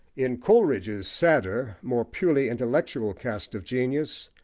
in coleridge's sadder, more purely intellectual, cast of genius,